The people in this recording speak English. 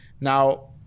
Now